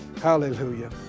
Hallelujah